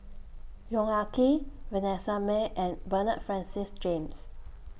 Yong Ah Kee Vanessa Mae and Bernard Francis James